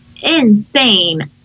insane